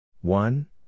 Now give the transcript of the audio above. One